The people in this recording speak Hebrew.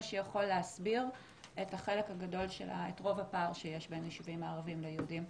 שיכול להסביר את רוב הפער שיש בין היישובים הערביים ליהודיים.